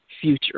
future